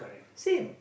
same